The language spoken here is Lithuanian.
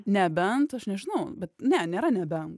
nebent aš nežinau bet ne nėra nebent